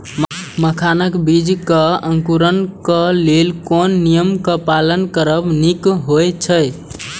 मखानक बीज़ क अंकुरन क लेल कोन नियम क पालन करब निक होयत अछि?